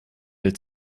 will